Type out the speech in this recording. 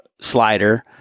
slider